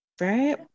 right